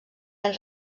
han